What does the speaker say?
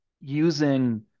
using